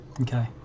Okay